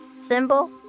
symbol